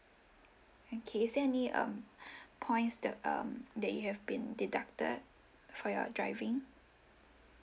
okay is there any um points that um that you have been deducted for your driving